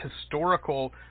historical